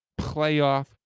playoff